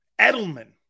Edelman